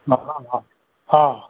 हा हा हा